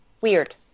Weird